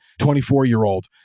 24-year-old